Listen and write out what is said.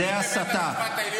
זאת הסתה.